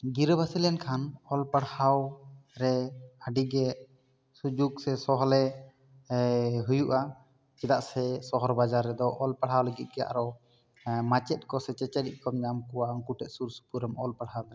ᱜᱤᱨᱟᱹᱵᱟᱥ ᱞᱮᱱᱠᱷᱟᱱ ᱚᱞ ᱯᱟᱲᱦᱟᱣ ᱨᱮ ᱟᱹᱰᱤ ᱜᱮ ᱥᱩᱡᱩᱜᱽ ᱥᱮ ᱥᱚᱦᱞᱮ ᱦᱩᱭᱩᱜᱼᱟ ᱪᱮᱫᱟᱜ ᱥᱮ ᱥᱚᱦᱚᱨ ᱵᱟᱡᱟᱨ ᱨᱮᱫᱚ ᱚᱞ ᱯᱟᱲᱦᱟᱣ ᱞᱟᱹᱜᱤᱫᱽ ᱜᱮ ᱟᱨᱚ ᱢᱟᱪᱮᱫ ᱠᱚ ᱥᱮ ᱪᱮᱪᱮᱫ ᱠᱚᱢ ᱧᱟᱢ ᱠᱚᱣᱟ ᱩᱱᱠᱩ ᱴᱷᱮᱱ ᱥᱩᱨ ᱥᱩᱯᱩᱨ ᱮᱢ ᱚᱞ ᱯᱟᱲᱦᱟᱣ ᱫᱟᱲᱮᱭᱟᱜᱼᱟ